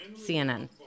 CNN